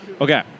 Okay